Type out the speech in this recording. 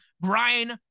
Brian